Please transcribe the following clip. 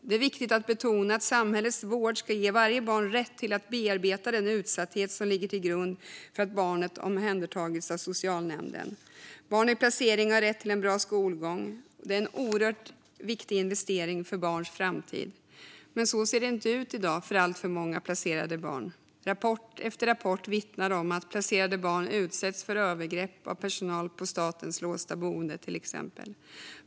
Det är viktigt att betona att samhällets vård ska ge varje barn rätt att bearbeta den utsatthet som ligger till grund för att barnet omhändertagits av socialnämnden. Barn i placering har rätt till en bra skolgång. Detta är en oerhört viktig investering för barns framtid. Så ser det dock inte ut i dag för alltför många placerade barn. Rapport efter rapport vittnar om att placerade barn utsätts för övergrepp av personal på till exempel statens låsta boenden.